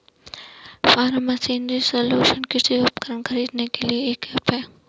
form machinery solution कृषि उपकरण खरीदने के लिए ऐप है